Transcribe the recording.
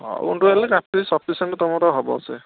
ଛଅ ଗୁଣ୍ଠ ହେଲେ କାଫି ସଫିସେଣ୍ଟ ତୁମର ହବ ସେ